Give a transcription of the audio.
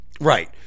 right